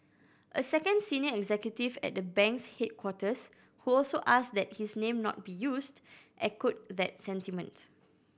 a second senior executive at the bank's headquarters who also asked that his name not be used echoed that sentiment